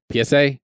PSA